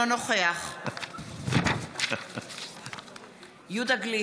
אינו נוכח יהודה גליק,